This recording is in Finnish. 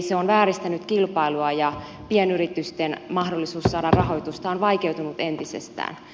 se on vääristänyt kilpailua ja pienyritysten mahdollisuus saada rahoitusta on vaikeutunut entisestään